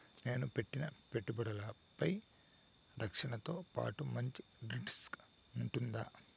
నేను పెట్టిన పెట్టుబడులపై రక్షణతో పాటు మంచి రిటర్న్స్ ఉంటుందా?